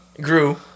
grew